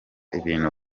ibintu